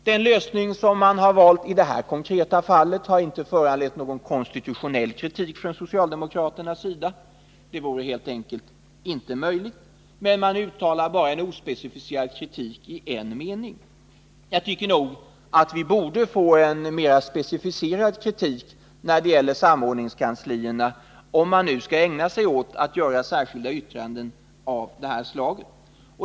Den lösning som valts i det här konkreta fallet har inte föranlett någon konstitutionell kritik från socialdemokraternas sida. Det vore helt enkelt omöjligt. Man uttalar bara en ospecificerad kritik i en mening. Jag tycker att vi borde få en mera specificerad kritik när det gäller samordningskanslierna, om man nu skall ägna sig åt att göra särskilda yttranden av det här slaget.